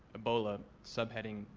ebola, subheading,